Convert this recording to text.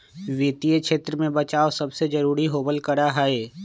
वित्तीय क्षेत्र में बचाव सबसे जरूरी होबल करा हई